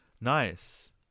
Nice